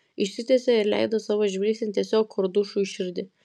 išsitiesė ir leido savo žvilgsnį tiesiog kordušui į širdį